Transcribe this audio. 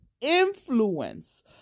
influence